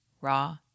raw